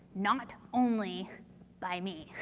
not only by me.